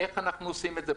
איך אנחנו עושים את זה?